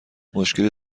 مشکلی